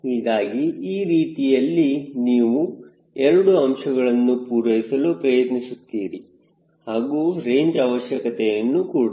ಹೀಗಾಗಿ ಈ ರೀತಿಯಲ್ಲಿ ನೀವು ಎರಡು ಅಂಶಗಳನ್ನು ಪೂರೈಸಲು ಪ್ರಯತ್ನಿಸುತ್ತೀರಿ ಹಾಗೂ ರೇಂಜ್ ಅವಶ್ಯಕತೆಯನ್ನು ಕೂಡ